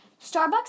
Starbucks